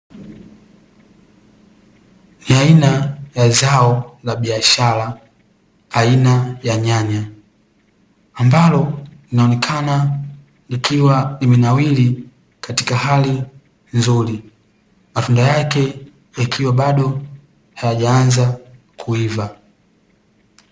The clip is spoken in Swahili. Ni aina ya zao la biashara, aina ya nyanya ambalo linaonekana likiwa limenawiri katika hali nzuri. Matunda yake yakiwa bado hayajaanza kuiva.